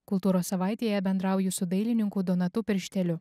kultūros savaitėje bendrauju su dailininku donatu piršteliu